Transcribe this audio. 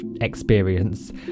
experience